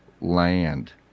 land